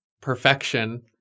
perfection